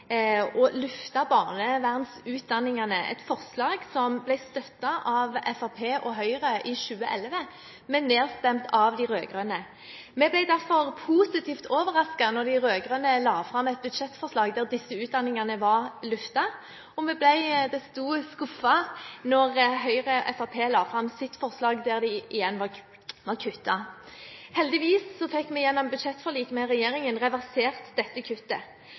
løfte barnevernutdanningene – et forslag som ble støttet av Fremskrittspartiet og Høyre i 2011, men nedstemt av de rød-grønne. Vi ble derfor positivt overrasket da de rød-grønne la fram et budsjettforslag der disse utdanningene var løftet, og desto mer skuffet da Høyre og Fremskrittspartiet la fram sitt forslag der man igjen kuttet. Heldigvis fikk vi gjennom budsjettforliket med regjeringen reversert dette kuttet.